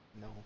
No